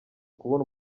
kubona